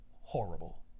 horrible